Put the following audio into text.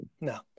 No